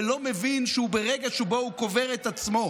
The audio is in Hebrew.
ולא מבין שהוא ברגע שבו הוא קובר את עצמו.